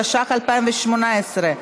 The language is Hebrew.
התשע"ח 2018,